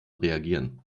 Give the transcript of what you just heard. reagieren